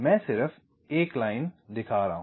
मैं सिर्फ एक लाइन दिखा रहा हूं